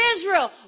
Israel